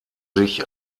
sich